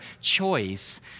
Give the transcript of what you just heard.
choice